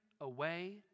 away